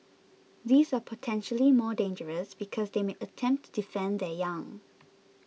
these are potentially more dangerous because they may attempt to defend their young